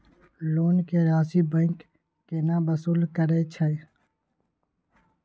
Loan के राशि bank केना वसूल करे छै?